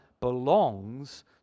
belongs